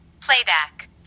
Playback